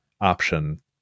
option